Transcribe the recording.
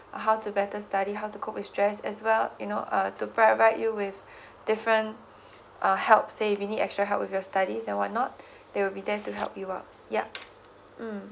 how to better study how to cope with stress as well you know uh to provide you with different uh help say if you need extra help with your studies and whatnot they will be there to help you out yup mm